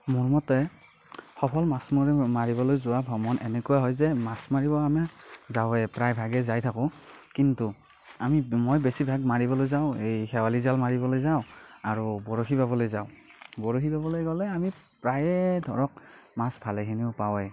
মোৰ মতে সফল মাছ মাৰিবলৈ যোৱা ভ্ৰমণ এনেকুৱা হয় যে মাছ মাৰিব আমি যাওঁৱেই প্ৰায়ভাগেই যাই থাকোঁ কিন্তু আমি মই বেছিভাগ মাৰিবলৈ যাওঁ এই শেৱালি জাল মাৰিবলৈ যাওঁ আৰু বৰশী বাবলৈ যাওঁ বৰশী বাবলৈ গ'লে আমি প্ৰায়ে ধৰক মাছ ভালেখিনি পাওঁৱেই